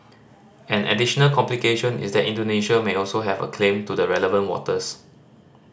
an additional complication is that Indonesia may also have a claim to the relevant waters